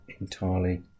entirely